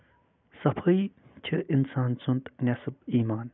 ضفٲیہِ چھُ اِنسان سُند نٮ۪صف ایمان